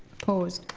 opposed?